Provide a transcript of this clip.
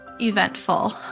eventful